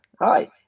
Hi